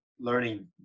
learning